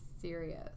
serious